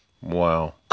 Wow